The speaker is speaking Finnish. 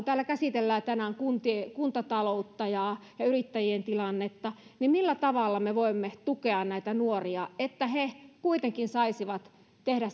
täällä käsitellään tänään kuntataloutta ja ja yrittäjien tilannetta niin millä tavalla me voimme tukea näitä nuoria että he kuitenkin saisivat tehdä